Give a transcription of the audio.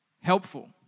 helpful